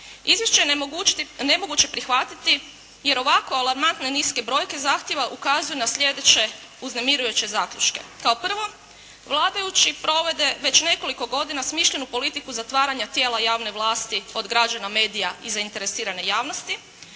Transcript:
izvješće je nemoguće prihvatiti jer ovako alarmantne niske brojke zahtjeva ukazuju na sljedeće uznemirujuće zaključke. Kao prvo, vladajući provode već nekoliko godina smišljenu politiku zatvaranja tijela javne vlasti od građana, medija i zainteresirane javnosti,